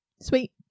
sweet